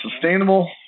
sustainable